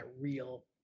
real